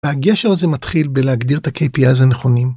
‫והדשר הזה מתחיל בלהגדיר ‫את ה-k.p הזה נכונים.